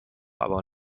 aber